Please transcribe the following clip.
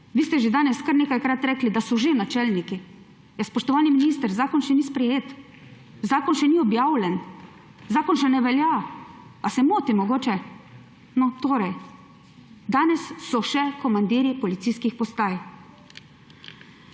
Vi ste že danes kar nekajkrat rekli, da so že načelniki. Ja spoštovani minister, zakon še ni sprejet. Zakon še ni objavljen. Zakon še ne velja. A se motim mogoče? No, torej, danes so še komandirji policijskih postaj.